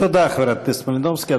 תודה לחברת הכנסת מלינובסקי.